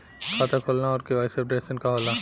खाता खोलना और के.वाइ.सी अपडेशन का होला?